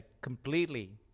completely